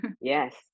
Yes